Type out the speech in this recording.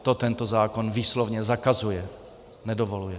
To tento zákon výslovně zakazuje, nedovoluje.